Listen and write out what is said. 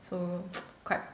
so quite